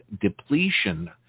depletion